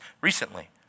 recently